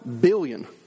billion